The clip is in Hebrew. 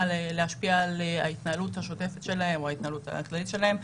להשפיע על ההתנהלות השוטפת שלהם או על ההתנהלות הכללית שלהם.